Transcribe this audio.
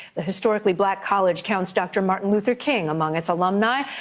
the historically black college counts dr. martin luther king among its alumni.